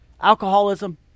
Alcoholism